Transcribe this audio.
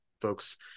folks